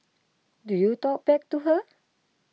do you talk back to her